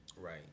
Right